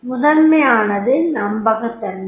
முதன்மையானது நம்பகத்தன்மை